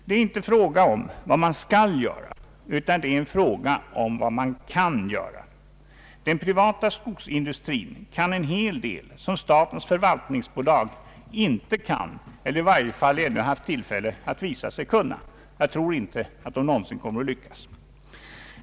Det är verkligen inte en fråga om vad man skall göra utan en fråga om vad man kan göra. Den privata skogsindustrin kan en hel del, som statens förvaltningsbolag inte kan eller i varje fall ännu inte haft tillfälle att visa sig kunna. Jag tror inte att det någonsin kommer att lyckas.